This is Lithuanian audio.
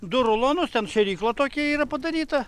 du rulonus šėrykla tokia yra padaryta